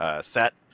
set